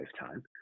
lifetime